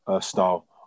style